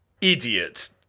idiot